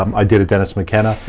um i did a dennis mckenna.